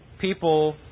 people